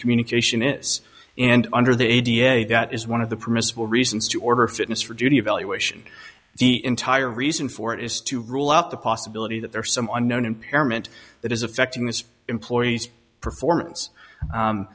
communication is and under the a d a s got is one of the permissible reasons to order a fitness for duty evaluation the entire reason for it is to rule out the possibility that there are some unknown impairment that is affecting this employee's performance